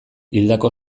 hildako